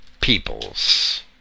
peoples